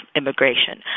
immigration